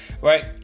Right